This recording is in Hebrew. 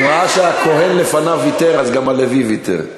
הוא ראה שהכוהן לפניו ויתר, אז גם הלוי ויתר.